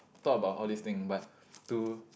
talk about all these thing but to